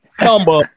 Number